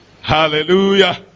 Hallelujah